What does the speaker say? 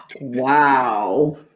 Wow